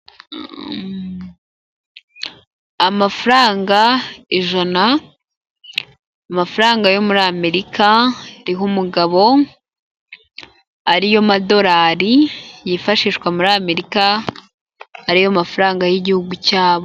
Amafaranga ijana, amafaranga yo muri Amerika, ari ho umugabo ariyo madorari, yifashishwa muri Amerika, ariyo mafaranga y'igihugu cyabo.